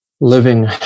living